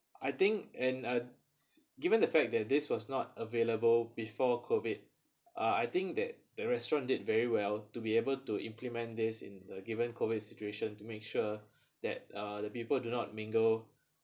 I think and uh given the fact that this was not available before COVID uh I think that the restaurant did very well to be able to implement this in the given COVID situation to make sure that uh the people do not mingle